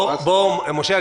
משה,